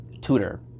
tutor